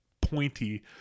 pointy